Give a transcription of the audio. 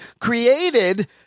created